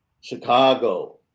Chicago